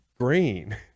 green